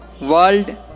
World